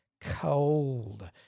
cold